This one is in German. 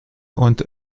und